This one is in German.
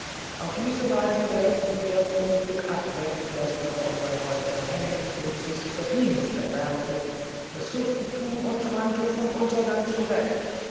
auf diese weise werden sie das unglück ab wenden das über unsern häuptern hängt und sich das verdienst erwerben das fürstenthum otranto vom untergange zu retten